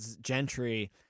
Gentry